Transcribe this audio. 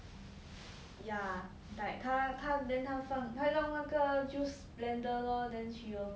ya like 他他 then 他放他用那个 juice blender lor then she will